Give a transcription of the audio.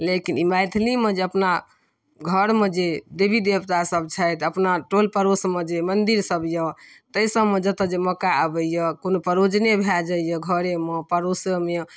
लेकिन ई मैथिलीमे जे अपना घरमे जे देबी देबता सब छथि अपना टोल पड़ोसमे जे मन्दिर सब यऽ तै सबमे जतऽ जे मौका आबैय कोनो परोजने भए जाइए घरेमे पड़ोसेमे